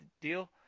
deal